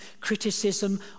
criticism